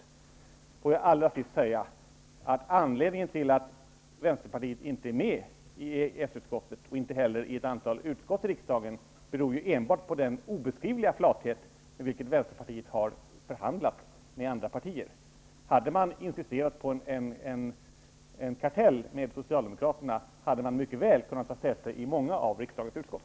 Allra sist vill jag säga att anledningen till att Vänsterpartiet inte är med i EES-utskottet, och inte heller med i ett antal utskott i riksdagen, är ju enbart den obeskrivliga flathet med vilken Vänsterpartiet har förhandlat med andra partier. Om man i Vänsterpartiet hade insisterat på en kartell med Socialdemokraterna, hade man mycket väl kunnat ta säte i många av riksdagens utskott.